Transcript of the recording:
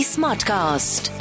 Smartcast